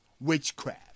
witchcraft